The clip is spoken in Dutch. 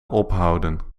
ophouden